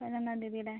പതിനൊന്നാം തീയ്യതി അല്ലേ